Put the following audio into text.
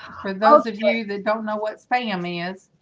for those of yeah you that don't know what spammy is